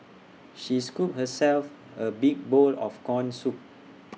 she scooped herself A big bowl of Corn Soup